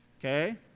okay